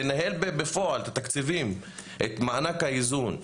לנהל בפועל את התקציבים, את מענק האיזון,